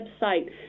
website